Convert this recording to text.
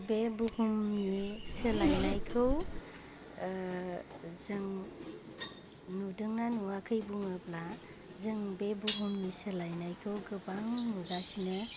बे बुहुमनि सोलायनायखौ जों नुदोंना नुवाखै बुङोब्ला जों बे बुहुमनि सोलायनायखौ गोबां नुगासिनो